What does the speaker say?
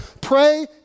pray